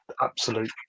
absolute